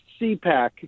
CPAC